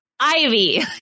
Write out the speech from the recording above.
Ivy